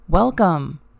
Welcome